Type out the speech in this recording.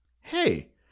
Hey